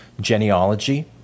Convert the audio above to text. genealogy